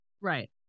Right